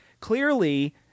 clearly